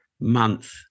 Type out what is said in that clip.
month